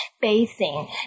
bathing